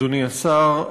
אדוני השר,